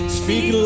speak